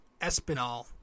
Espinal